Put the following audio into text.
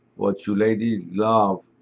what you ladies love.